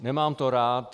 Nemám to rád.